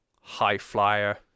high-flyer